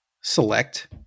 select